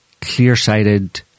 clear-sighted